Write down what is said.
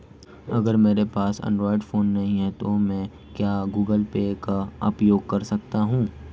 अगर मेरे पास एंड्रॉइड फोन नहीं है तो क्या मैं गूगल पे का उपयोग कर सकता हूं?